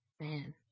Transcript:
Man